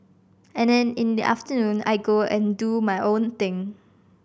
and then in the afternoon I go and do my own thing